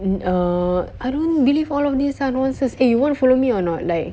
err I don't believe all of this lah nonsense eh want to follow me or not like